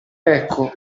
ecco